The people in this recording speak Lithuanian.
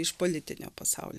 iš politinio pasaulio